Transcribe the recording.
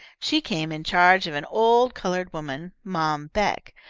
she came in charge of an old coloured woman, mom beck,